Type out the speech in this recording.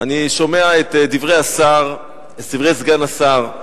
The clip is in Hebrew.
אני שומע את דברי השר, דברי סגן השר,